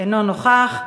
אינו נוכח.